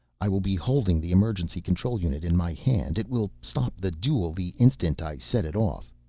i will be holding the emergency control unit in my hand. it will stop the duel the instant i set it off.